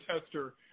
tester